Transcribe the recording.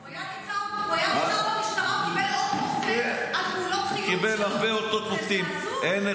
הוא היה ניצב במשטרה וקיבל אות מופת על פעולות חילוץ שלו.